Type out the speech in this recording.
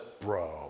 bro